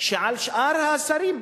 שעל שאר השרים,